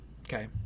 okay